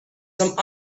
some